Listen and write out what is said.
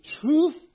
truth